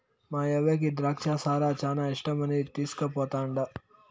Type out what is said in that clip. మాయవ్వకి ద్రాచ్చ సారా శానా ఇష్టమని తీస్కుపోతండా